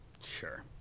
Sure